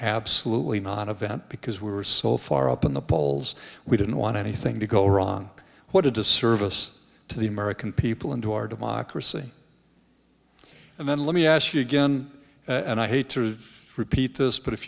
absolutely not event because we were so far up in the polls we didn't want anything to go wrong what a disservice to the american people and to our democracy and then let me ask you again and i hate to repeat this but if